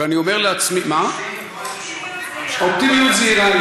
ואני אומר לעצמי, אופטימיות זהירה.